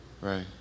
right